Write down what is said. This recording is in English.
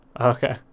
Okay